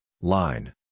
Line